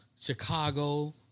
Chicago